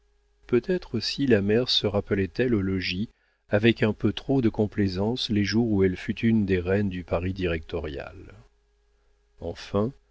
peut-être aussi la mère se rappelait elle au logis avec un peu trop de complaisance les jours où elle fut une des reines du paris directorial enfin